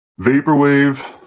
vaporwave